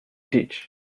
ditch